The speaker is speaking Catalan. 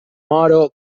moro